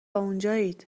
اونجایید